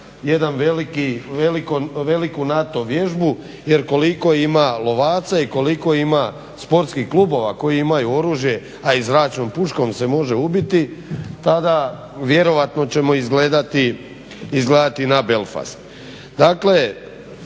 jednu veliku NATO vježbu jel koliko ima lovaca i koliko ima sportskih klubova koji imaju oružje, a i zračnom puškom se može ubiti, tada vjerojatno ćemo izgledati na Belfast.